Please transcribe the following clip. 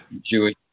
Jewish